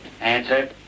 Answer